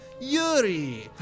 Yuri